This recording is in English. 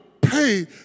pay